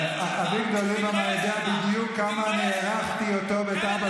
אביגדור ליברמן יודע בדיוק כמה הערכתי אותו ואת אבא